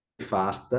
fast